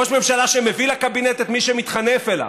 ראש ממשלה שמביא לקבינט את מי שמתחנף אליו,